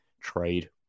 trade